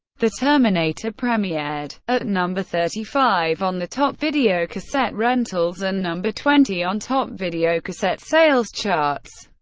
the terminator premiered at number thirty five on the top video cassette rentals and number twenty on top video cassette sales charts.